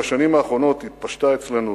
בשנים האחרונות התפשטה אצלנו